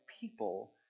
people